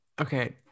Okay